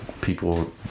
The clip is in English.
People